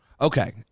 Okay